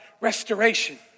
restoration